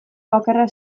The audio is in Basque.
bakarra